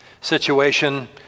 situation